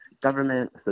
government